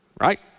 Right